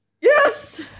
Yes